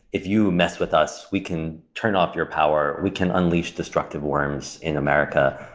if you mess with us, we can turn off your power, we can unleash destructive worms in america.